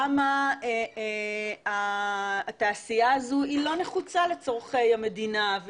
כמה התעשייה הזו לא נחוצה לצורכי המדינה,